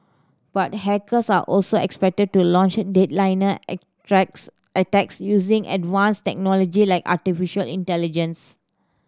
but hackers are also expected to launch dead liner attacks using advanced technology like artificial intelligence